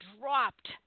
dropped